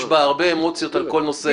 יש בה הרבה אמוציות על כל נושא אילת.